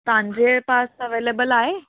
तव्जेहां पास अवैलेबल आहे